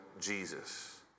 Jesus